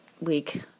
week